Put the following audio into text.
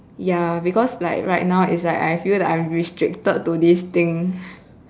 ya because like right now is like I feel like I am restricted to this thing